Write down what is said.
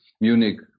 Munich